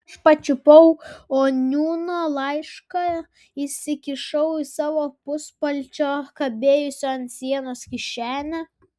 aš pačiupau oniūno laišką įsikišau į savo puspalčio kabėjusio ant sienos kišenę